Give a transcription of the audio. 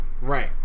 Right